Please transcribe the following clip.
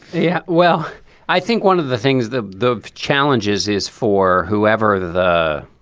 yeah well i think one of the things the the challenges is for whoever the